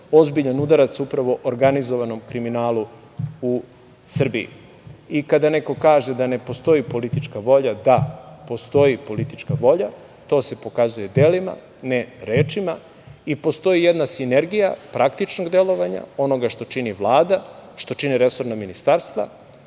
ozbiljan udarac upravo organizovanom kriminalu u Srbiji. Kada neko kaže da ne postoji politička volja, da, postoji politička volja. To se pokazuje delima, ne rečima i postoji jedna sinergija praktičnog delovanja onoga što čini Vlada, što čine resorna ministarstva,